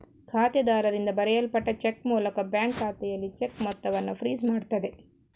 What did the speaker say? ಖಾತೆದಾರರಿಂದ ಬರೆಯಲ್ಪಟ್ಟ ಚೆಕ್ ಮೂಲಕ ಬ್ಯಾಂಕು ಖಾತೆಯಲ್ಲಿ ಚೆಕ್ ಮೊತ್ತವನ್ನ ಫ್ರೀಜ್ ಮಾಡ್ತದೆ